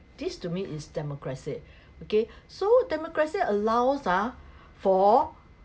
this to me is democracy okay so democracy allows ah for